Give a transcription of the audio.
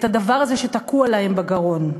את הדבר הזה שתקוע להם בגרון.